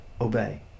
obey